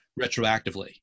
retroactively